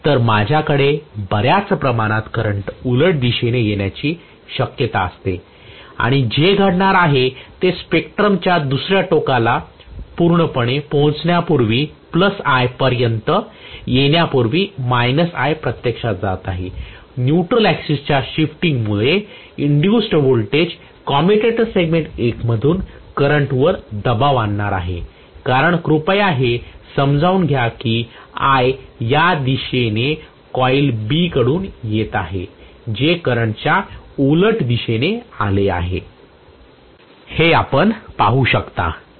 तर माझ्याकडे बऱ्याच प्रमाणात करंट उलट दिशेने येण्याची शक्यता असते आणि जे घडणार आहे ते स्पेक्ट्रमच्या दुसऱ्या टोकाला पूर्णपणे पोहोचण्यापूर्वी I पर्यंत येण्यापूर्वी I प्रत्यक्षात जात आहे न्यूट्रल ऍक्सिस च्या शिफ्टमुळे इन्दूज्ड व्होल्टेज कम्युटेटर सेगमेंट 1 मधून करंट वर दबाव आणणार आहे कारण कृपया हे समजावून घ्या की I या दिशेने कॉईल Bकडून येत आहे जे करंट च्या उलट दिशेने आले आहे हे आपण पाहू शकता